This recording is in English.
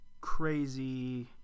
crazy